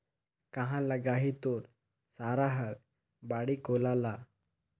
काँहा लगाही तोर सारा हर बाड़ी कोला ल